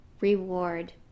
reward